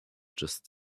just